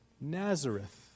Nazareth